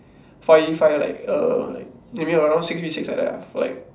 five five like uh like maybe around six V six like that ah like